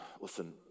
Listen